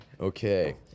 okay